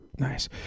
Nice